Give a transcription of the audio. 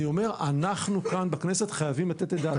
אנחנו כאן בכנסת חייבים לתת את דעתנו על הנושא הזה.